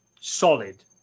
solid